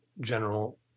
general